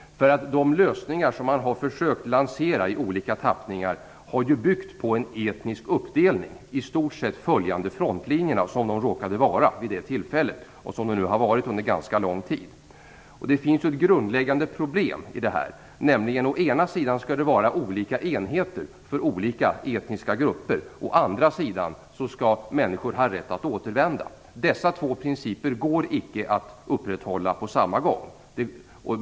De lösningar som man har försökt lansera i olika tappningar har ju byggt på en etnisk uppdelning. I stort sett har man följt frontlinjerna, som de råkade vara och som de nu har varit under en ganska lång tid. Det finns ett grundläggande problem. Å ena sidan skall det vara olika enheter för olika etniska grupper. Å andra sidan skall människor ha rätt att återvända. Dessa två principer går inte att upprätthålla på samma gång.